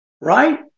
right